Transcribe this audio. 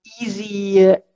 easy